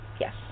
yes